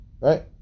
right